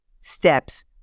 steps